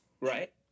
Right